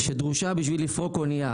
שדרושה בשביל לפרוק אנייה.